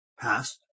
past